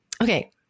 Okay